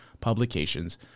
Publications